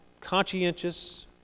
conscientious